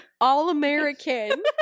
All-American